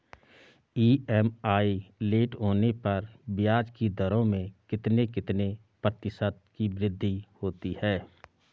EMI late होने पर ब्याज की दरों में कितने कितने प्रतिशत की वृद्धि होती है?